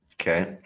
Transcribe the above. Okay